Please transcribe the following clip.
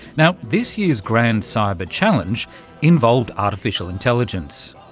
now, this year's grand cyber challenge involved artificial intelligence.